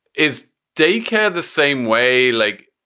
is day care the same way? like,